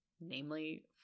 namely